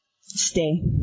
stay